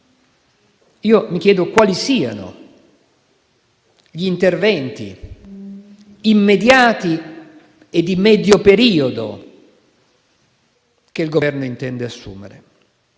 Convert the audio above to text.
mi chiedo quali siano gli interventi immediati e di medio periodo che il Governo intenda assumere.